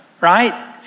right